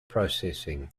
processing